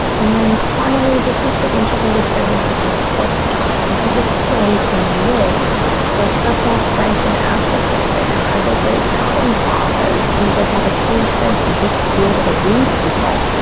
and then finally, this is the integrated services and support star. and so this is where we can live those personal strengths and assets up there. are they great problem solvers. do they have a team sense of be be able to lead people,